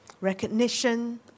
recognition